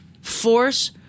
force